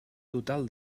total